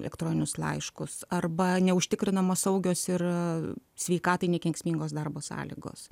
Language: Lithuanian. elektroninius laiškus arba neužtikrinamos saugios ir sveikatai nekenksmingos darbo sąlygos